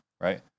right